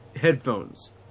headphones